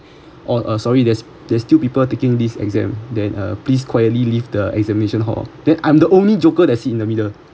oh uh sorry there's there's still people taking this exam then uh please quietly leave the examination hall then I'm the only joker that sit in the middle